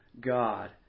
God